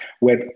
web